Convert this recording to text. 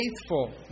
faithful